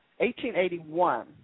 1881